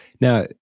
Now